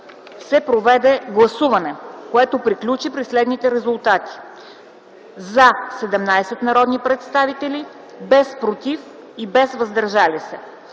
се проведе гласуване, което приключи при следните резултати: „за” – 17 народни представители, без „против” и „въздържали се”.